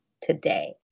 today